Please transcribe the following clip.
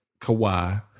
Kawhi